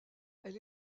elle